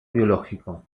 biológico